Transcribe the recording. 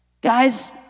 Guys